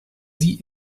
sie